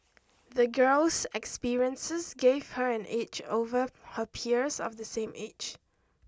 the girl's experiences gave her an edge over her peers of the same age